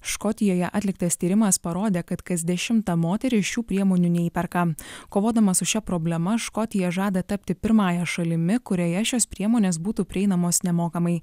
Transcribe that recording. škotijoje atliktas tyrimas parodė kad kas dešimta moteris šių priemonių neįperka kovodama su šia problema škotija žada tapti pirmąja šalimi kurioje šios priemonės būtų prieinamos nemokamai